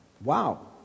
Wow